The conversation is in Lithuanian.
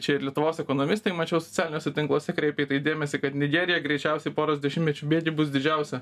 čia ir lietuvos ekonomistai mačiau socialiniuose tinkluose kreipė į tai dėmesį kad nigerija greičiausiai poros dešimtmečių bėgy bus didžiausia